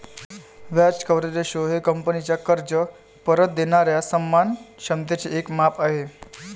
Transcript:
व्याज coverage ratio हे कंपनीचा कर्ज परत देणाऱ्या सन्मान क्षमतेचे एक माप आहे